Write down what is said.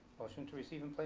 motion to receiving